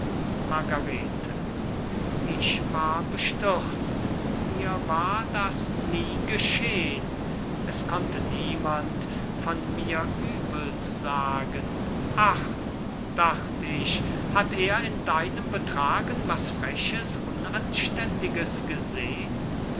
margarete ich war bestürzt mir war das nie geschehn es konnte niemand von mir übels sagen ach dacht ich hat er in deinem betragen was freches unanständiges gesehn